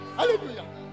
hallelujah